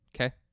Okay